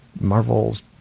Marvel's